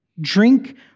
Drink